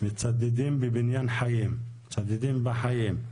מצדדים בבניין חיים, מצדדים בחיים,